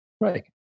Right